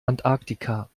antarktika